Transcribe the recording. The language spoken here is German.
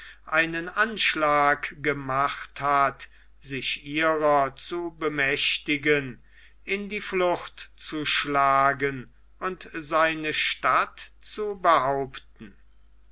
einen anschlag gemacht hat sich ihrer zu bemächtigen in die flucht zu schlagen und seine stadt zu behaupten